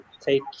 take